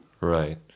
Right